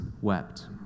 wept